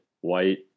white